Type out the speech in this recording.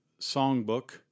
songbook